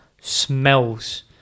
smells